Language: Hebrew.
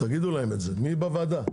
מי בוועדה?